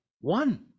One